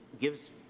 gives